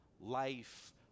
life